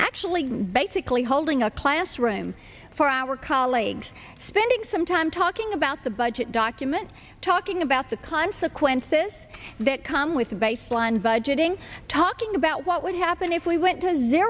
actually basically holding a classroom for our colleagues spending some time talking about the budget document talking about the consequences that come with the baseline budgeting talking about what would happen if we went to